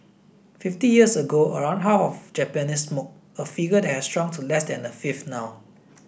fifty years ago around half of Japanese smoked a figure that has shrunk to less than a fifth now